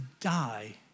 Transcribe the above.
die